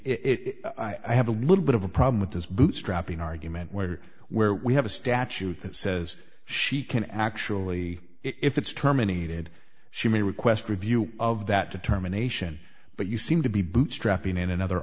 saying it i have a little bit of a problem with this bootstrapping argument where where we have a statute that says she can actually if it's terminated she may request review of that determination but you seem to be bootstrapping in another